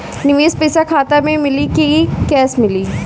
निवेश पइसा खाता में मिली कि कैश मिली?